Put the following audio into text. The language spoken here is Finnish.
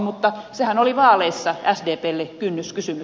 mutta sehän oli vaaleissa sdplle kynnyskysymys